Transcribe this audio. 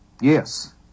Yes